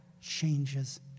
changes